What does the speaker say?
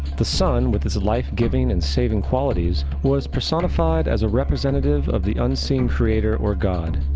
the sun, with its life-giving and saving qualities was personified as a representative of the unseen creator or god.